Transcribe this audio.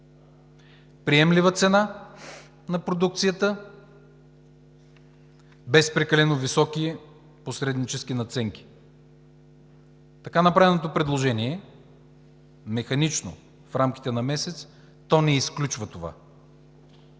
приемлива цена на продукцията, без прекалено високи посреднически надценки. Така направеното предложение – механично, в рамките на месец, не изключва това.